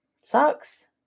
sucks